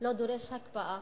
לא דורש הקפאה,